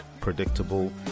Predictable